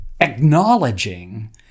acknowledging